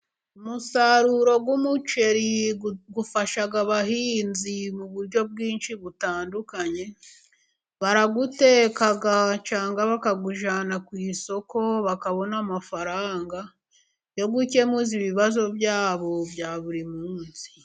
Umusaruro w'umuceri ufasha abahinzi mu buryo bwinshi butandukanye, barawuteka cyangwa bakawujana ku isoko bakabona amafaranga yo gukemuza ibibazo byabo bya buri munsi.